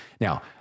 Now